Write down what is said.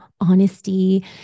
honesty